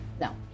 No